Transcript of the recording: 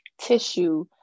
tissue